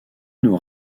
nous